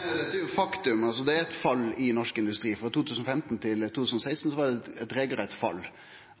Dette er jo faktum. Det er eit fall i norsk industri. Frå 2015 til 2016 var det eit regelrett fall.